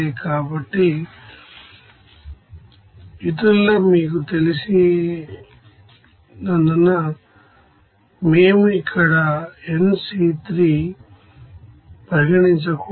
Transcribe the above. కాబట్టి ఇతరులు మీకు తెలిసినందున మేము ఇక్కడ nC3ను పరిగణించకూడదు